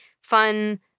fun